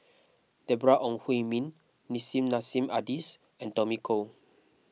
Deborah Ong Hui Min Nissim Nassim Adis and Tommy Koh